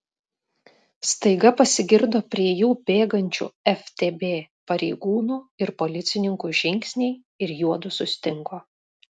staiga pasigirdo prie jų bėgančių ftb pareigūnų ir policininkų žingsniai ir juodu sustingo